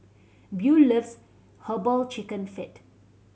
Buel loves Herbal Chicken Feet